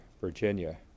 Virginia